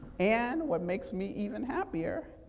and what makes me even happier,